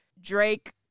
Drake